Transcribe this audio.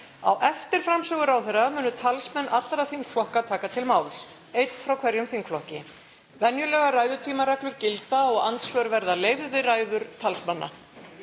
Á eftir framsögu ráðherra munu talsmenn allra þingflokka taka til máls, einn frá hverjum þingflokki. Venjulegar ræðutímareglur gilda og andsvör verða leyfð við ræður talsmanna.